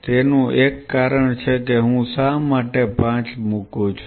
તેનું એક કારણ છે કે હું 5 શા માટે મૂકું છું